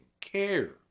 care